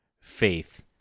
faith